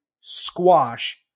squash